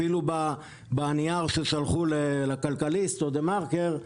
אפילו בנייר ששלחו לכלכליסט או לדה-מרקר,